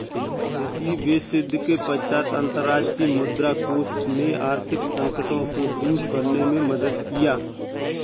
द्वितीय विश्वयुद्ध के पश्चात अंतर्राष्ट्रीय मुद्रा कोष ने आर्थिक संकटों को दूर करने में मदद किया